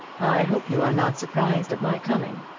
i hope you are not surprised at my coming,